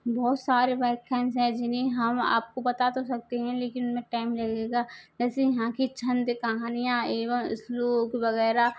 बहुत सारे व्यख्यांस है जिन्हें हम आपको बता तो सकते हैं लेकिन उनमें टाइम लगेगा ऐसे यहाँ की छंद कहानियाँ एवं श्लोक वगैरह